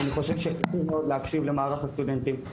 אני חושב שחשוב מאוד להקשיב למערך הסטודנטים.